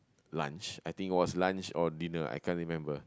lunch I think it was lunch or dinner I can't remember